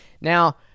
now